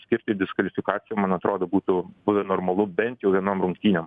skirti diskvalifikaciją man atrodo būtų buvę normalu bent jau vienom rungtynėm